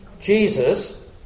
Jesus